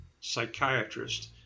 psychiatrist